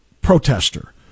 protester